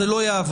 זה לא יעבוד,